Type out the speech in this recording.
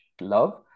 love